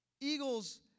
eagles